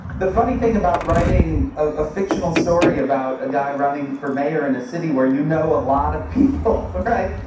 the funny thing about writing a fictional story about a guy running for mayor in a city where you know a lot of people, right?